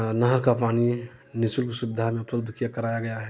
नहर का पानी निशुल्क सुविधा में उपलब्ध कराया गया है